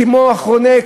כמו אחרוני,